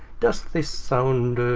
does this sound